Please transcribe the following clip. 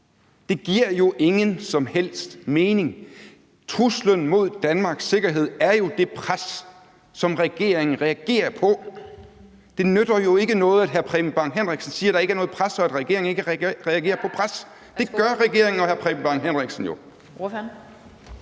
Det giver jo ikke nogen som helst mening. Truslen mod Danmarks sikkerhed er jo det pres, som regeringen reagerer på. Det nytter jo ikke noget, at hr. Preben Bang Henriksen siger, at der ikke er noget pres, og at regeringen ikke reagerer på pres, for det gør regeringen og hr. Preben Bang Henriksen jo.